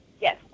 Yes